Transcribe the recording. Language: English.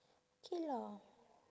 K lah